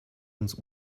uns